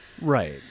Right